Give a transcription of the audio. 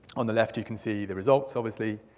on the left, you can see the results, obviously.